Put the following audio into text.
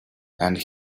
and